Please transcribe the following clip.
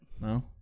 No